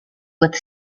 with